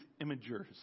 imagers